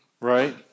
Right